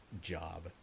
job